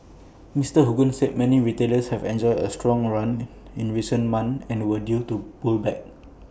Mister Hogan said many retailers have enjoyed A strong run in recent months and were due to pull back